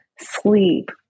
sleep